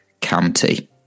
County